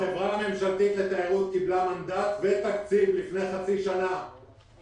החברה הממשלתית לתיירות קיבלה תקציב לפני חצי שנה